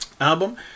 album